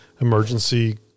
emergency